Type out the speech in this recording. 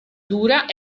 dura